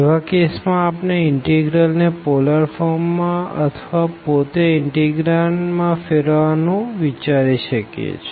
એવા કેસ માં આપણે ઇનટીગ્રલ ને પોલર ફોર્મ માં અથવા પોતે ઇનતેગ્રાંડ માં ફેરવવાનું વિચારી શકીએ છે